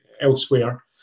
elsewhere